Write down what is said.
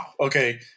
okay